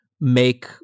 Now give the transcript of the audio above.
make